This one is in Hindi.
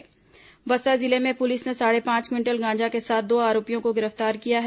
बस्तर जिले में पुलिस ने साढ़े पांच क्विंटल गांजा के साथ दो आरोपियों को गिरफ्तार किया है